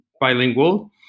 bilingual